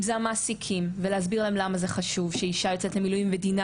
אם זה המעסיקים ולהסביר להם למה זה חשוב שאישה יוצאת למילואים ודינה